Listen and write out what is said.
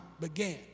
began